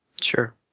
Sure